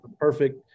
perfect –